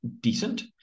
decent